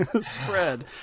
spread